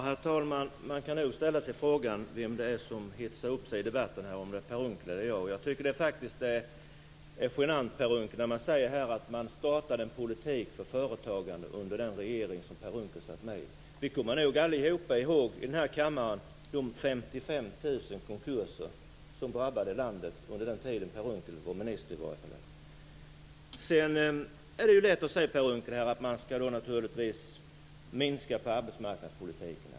Herr talman! Man kan nog ställa sig frågan vem det är som hetsar upp sig i debatten, Per Unckel eller jag. Jag tycker faktiskt att det är genant, Per Unckel, när man säger att man startade en politik för företagande under den regering som Per Unckel satt med i. Vi kommer nog allihop i den här kammaren i håg de 55 000 konkurser som drabbade landet under den tid som Per Unckel var minister. Det är lätt att säga, Per Unckel, att man skall minska på arbetsmarknadspolitiken.